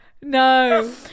No